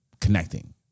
connecting